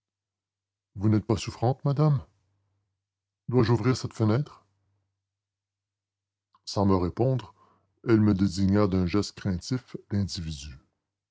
vous n'êtes pas souffrante madame dois-je ouvrir cette fenêtre sans me répondre elle me désigna d'un geste craintif l'individu